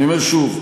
אני אומר שוב,